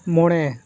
ᱢᱚᱬᱮ